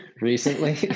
recently